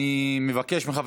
הרי